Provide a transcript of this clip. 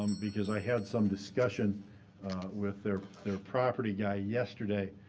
um because i had some discussion with their their property guy yesterday,